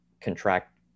contract